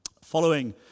following